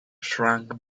shrunk